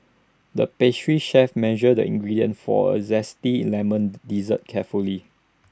the pastry chef measured the ingredients for A Zesty Lemon Dessert carefully